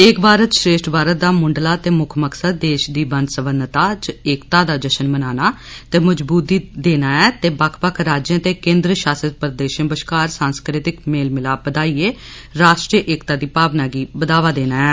एक भारत श्रेष्ठ भारत दा मुंडला ते मुक्ख मकसद देश दी बन सब्बनता च एकता दा जश्न मनाना ते मजबूती देना ऐ ते बक्ख बक्ख राज्यें ते केन्द्र शासत प्रदेशें बश्कार सांस्कृतिक मेल मिलाप बधाइए राष्ट्रीय एकता दी भावना गी बढ़ावा देना ऐ